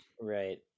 right